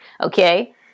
okay